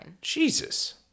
Jesus